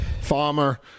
Farmer